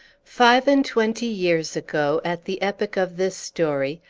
five-and-twenty years ago, at the epoch of this story,